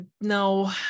no